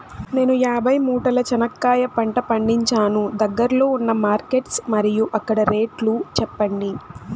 నేను యాభై మూటల చెనక్కాయ పంట పండించాను దగ్గర్లో ఉన్న మార్కెట్స్ మరియు అక్కడ రేట్లు చెప్పండి?